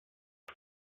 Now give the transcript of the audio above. the